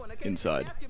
inside